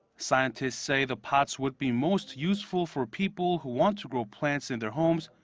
scientists say the pots would be most useful for people who want to grow plants in their homes,